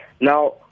Now